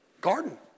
garden